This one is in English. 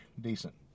decent